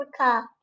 Africa